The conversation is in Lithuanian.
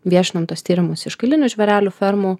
viešinam tuos tyrimus iš kailinių žvėrelių fermų